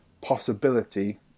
possibility